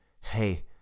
Hey